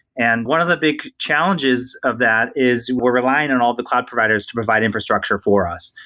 and one of the big challenges of that is we're relying on all the cloud providers to provide infrastructure for us,